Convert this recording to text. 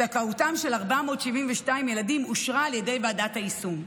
זכאותם של 472 ילדים אושרה על ידי ועדת היישום.